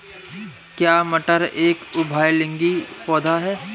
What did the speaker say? क्या मटर एक उभयलिंगी पौधा है?